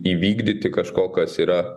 įvykdyti kažko kas yra